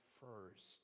first